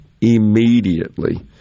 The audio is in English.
immediately